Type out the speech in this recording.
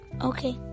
Okay